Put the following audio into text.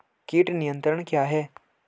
कीट नियंत्रण क्या है?